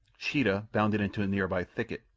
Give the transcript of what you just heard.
sheeta bounded into a near-by thicket,